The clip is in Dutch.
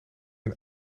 een